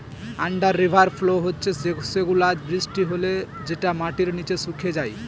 under river flow হচ্ছে সেগুলা বৃষ্টি হলে যেটা মাটির নিচে শুকিয়ে যায়